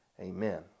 Amen